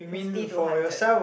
fifty to hundred